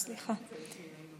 סליחה.